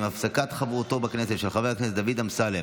עם הפסקת חברותו בכנסת של חבר הכנסת דוד אמסלם,